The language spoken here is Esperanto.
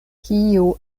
kio